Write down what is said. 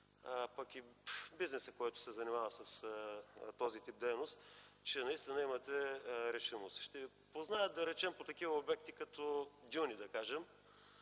пък и бизнесът, който се занимава с този тип дейност, че наистина имате решимост? Ще Ви познаят по такива обекти като „Дюни” или